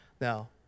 Now